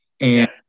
and-